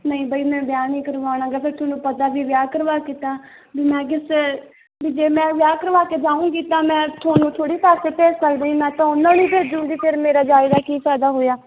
ਨਹੀਂ ਬਾਈ ਮੈਂ ਵਿਆਹ ਨਹੀਂ ਕਰਵਾਉਣਾ ਗਾ ਫਿਰ ਤੁਹਾਨੂੰ ਪਤਾ ਵੀ ਵਿਆਹ ਕਰਵਾ ਕੇ ਤਾਂ ਵੀ ਮੈਂ ਕਿਸੇ ਲਈ ਜੇ ਮੈਂ ਵਿਆਹ ਕਰਵਾ ਕੇ ਜਾਊਂਗੀ ਤਾਂ ਮੈਂ ਤੁਹਾਨੂੰ ਥੋੜ੍ਹੀ ਪੈਸੇ ਭੇਜ ਸਕਦੀ ਮੈਂ ਤਾਂ ਉਹਨਾਂ ਨੂੰ ਹੀ ਭੇਜੂੰਗੀ ਫਿਰ ਮੇਰਾ ਜਾਏਦਾ ਕੀ ਫਾਇਦਾ ਹੋਇਆ